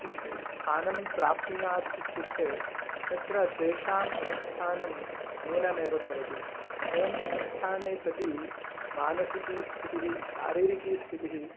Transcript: किञ्चित् स्थानं प्राप्नुयात् इत्युक्ते तत्र तेषाम् अनुष्ठानं नूनमेव भवति एवम् अनुष्ठाने सति मानसिकीस्थितिः शारीरिकीस्थितिः